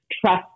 trust